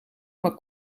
maar